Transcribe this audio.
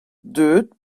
deuit